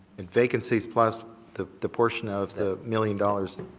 and vacancies plus the the portion of the million dollars